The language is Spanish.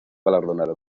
galardonado